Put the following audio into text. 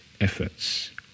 efforts